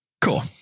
Cool